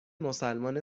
مسلمان